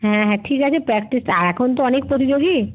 হ্যাঁ হ্যাঁ ঠিক আছে প্র্যাক্টিস আর এখন তো অনেক প্রতিযোগী